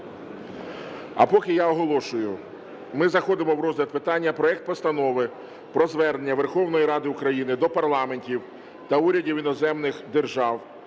А поки я оголошую. Ми заходимо в розгляд питання: проект Постанови про Звернення Верховної Ради України до парламентів та урядів іноземних держав,